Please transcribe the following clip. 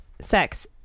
sex